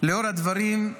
לאור הדברים,